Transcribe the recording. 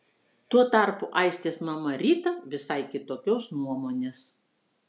tuo tarpu aistės mama rita visai kitokios nuomonės